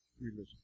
religion